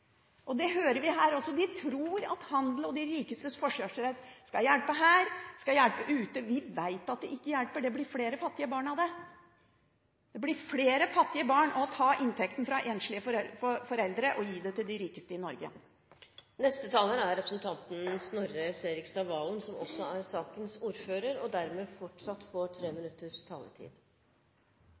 Det hører vi her også. De tror at handel og de rikestes forkjørsrett skal hjelpe her, skal hjelpe ute. Vi vet at det ikke hjelper. Det blir flere fattige barn av det. Det blir flere fattige barn av å ta inntekten fra enslige foreldre og gi den til de rikeste i Norge. Neste taler er representanten Snorre Serigstad Valen. Han er sakens ordfører og får dermed fortsatt 3 minutters taletid.